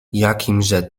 jakimże